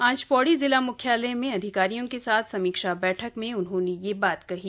आज पौड़ी जिला मुख्यालय में अधिकारियों के साथ समीक्षा बैठक में उन्होंने यह बात कही